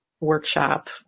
workshop